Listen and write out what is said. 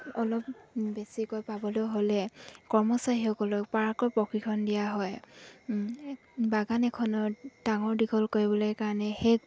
অলপ বেছিকৈ পাবলৈ হ'লে কৰ্মচাৰীসকলক প্ৰশিক্ষণ দিয়া হয় বাগান এখনৰ ডাঙৰ দীঘল কৰিবলৈ কাৰণে সেই